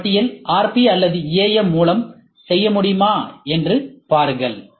இந்த பட்டியலை RP அல்லது AM மூலம் செய்ய முடியுமா என்று பாருங்கள்